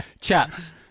Chaps